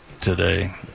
today